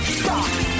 stop